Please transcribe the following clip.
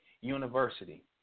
university